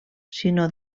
sinó